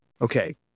Okay